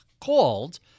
called